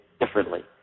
differently